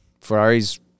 Ferrari's